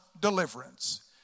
deliverance